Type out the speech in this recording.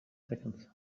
seconds